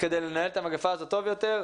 כדי לנהל את המגפה הזאת טוב יותר.